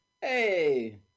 Hey